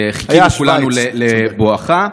וחיכינו לבואך.